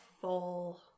full